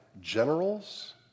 generals